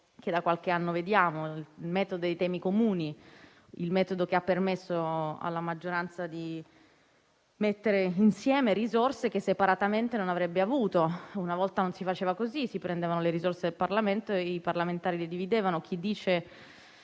che da qualche anno vediamo, quello dei temi comuni, che ha permesso alla maggioranza di mettere insieme risorse che separatamente non avrebbe avuto. Una volta non si faceva così: si prendevano le risorse del Parlamento e i parlamentari le dividevano. A chi